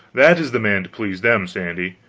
that is the man to please them, sandy.